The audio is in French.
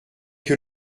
que